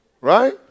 Right